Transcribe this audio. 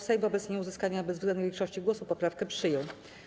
Sejm wobec nieuzyskania bezwzględniej większości głosów poprawkę przyjął.